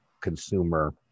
consumer